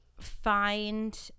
find